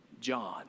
John